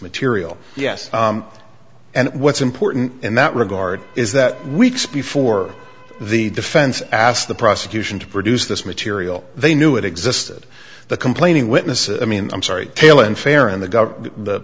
material yes and what's important in that regard is that weeks before the defense asked the prosecution to produce this material they knew it existed the complaining witness i mean i'm sorry tale unfair and the